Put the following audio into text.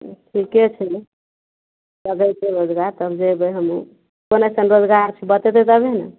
ठीके छै गऽ लागय छै रोजगार तब जइबय हमहूँ कोन अइसन रोजगार छै बतेबय तभे ने